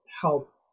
help